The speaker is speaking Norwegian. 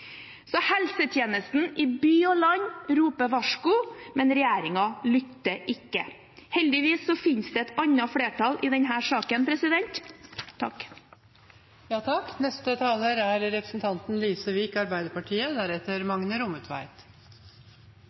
Så helsetjenesten i by og land roper et varsku, men regjeringen lytter ikke. Heldigvis finnes det et annet flertall i denne saken.